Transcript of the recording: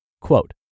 Quote